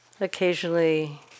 occasionally